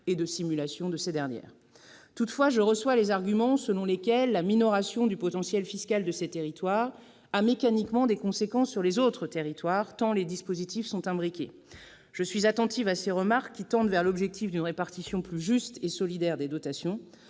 et de simulations de ces dernières. Toutefois, j'entends les arguments selon lesquels la minoration du potentiel fiscal de ces territoires a mécaniquement des conséquences sur les autres territoires, tant les dispositifs sont imbriqués. Je suis attentive à ces remarques, dictées par le souci d'une répartition plus juste et plus solidaire des dotations.